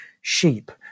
sheep